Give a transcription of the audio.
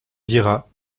vira